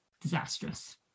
disastrous